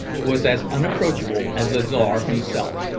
was as unapproachable as the czar himself.